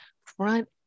front